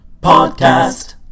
Podcast